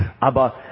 Aber